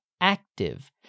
Active